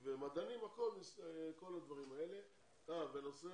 לדעתי, הנושא